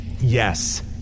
Yes